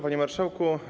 Panie Marszałku!